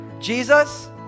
Jesus